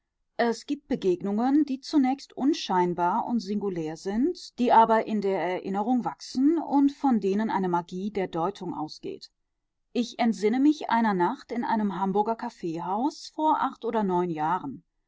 es gibt begegnungen die zunächst unscheinbar und singulär sind die aber in der erinnerung wachsen und von denen eine magie der deutung ausgeht ich entsinne mich einer nacht in einem hamburger kaffeehaus vor acht oder neun jahren